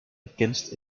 against